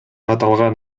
аталган